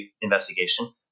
investigation